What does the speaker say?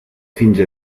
finge